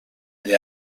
the